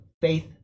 faith